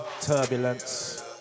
Turbulence